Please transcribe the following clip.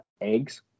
Eggs